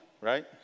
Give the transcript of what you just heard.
right